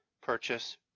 purchase